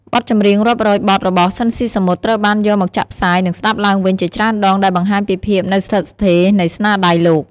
បទចម្រៀងរាប់រយបទរបស់ស៊ីន ស៊ីសាមុត ត្រូវបានយកមកចាក់ផ្សាយ និងស្ដាប់ឡើងវិញជាច្រើនដង ដែលបង្ហាញពីភាពនៅស្ថិតស្ថេរនៃស្នាដៃលោក ។